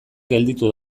gelditu